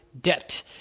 debt